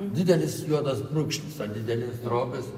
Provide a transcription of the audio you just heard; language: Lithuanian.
didelis juodas brūkšnys ant didelės drobės